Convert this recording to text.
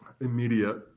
immediate